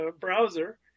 browser